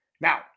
Now